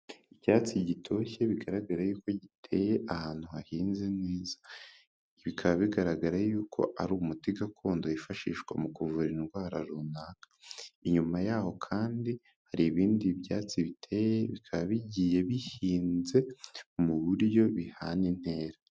Icyatsi gitoshye bigaragara yuko giteye ahantu hahinze neza. Nikaba bigaragara yuko ari umuti gakondo wifashishwa mu kuvura indwara runaka. Inyuma yaho kandi hari ibindi byatsi biteye, bikaba bigiye bihinze mu buryo bihana intera.